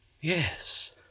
Yes